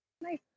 nice